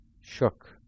shook